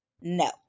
No